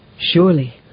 surely